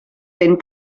fent